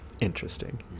Interesting